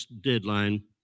deadline